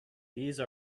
these